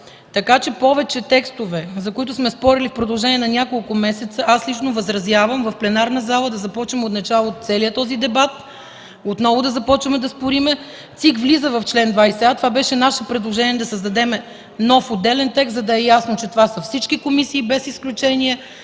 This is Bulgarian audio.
Така че повече текстове, за които сме спорили в продължение на няколко месеца, аз лично възразявам в пленарната зала да започнем отначало целия този дебат, отново да започваме да спорим. Централната избирателна комисия влиза в чл. 20а, това беше наше предложение да създадем нов отделен текст, за да е ясно, че това се всички комисии без изключения,